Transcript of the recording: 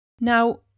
Now